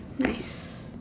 nice